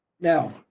now